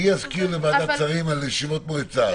מי יזכיר לוועדת שרים על ישיבות מועצה?